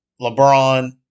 LeBron